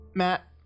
Matt